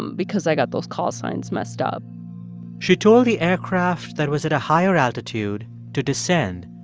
um because i got those call signs messed up she told the aircraft that was at a higher altitude to descend,